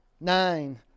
nine